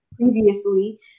previously